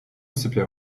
sypia